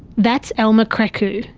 that's alma krecu,